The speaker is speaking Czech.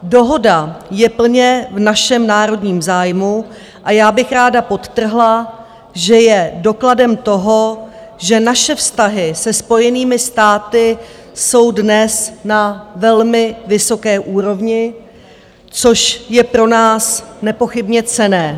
Dohoda je plně v našem národním zájmu a já bych ráda podtrhla, že je dokladem toho, že naše vztahy se Spojenými státy jsou dnes na velmi vysoké úrovni, což je pro nás nepochybně cenné.